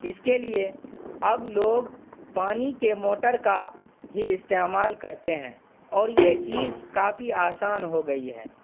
اس کے لیے اب لوگ پانی کے موٹر کا ہی استعمال کرتے ہیں اور یہ چیز کافی آسان ہو گئی ہے